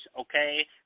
okay